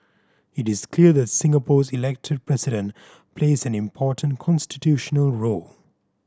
it is clear that Singapore's Elected President plays an important constitutional role